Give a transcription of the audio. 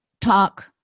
talk